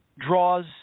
draws